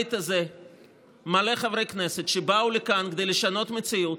הבית הזה מלא חברי כנסת שבאו לכאן כדי לשנות מציאות,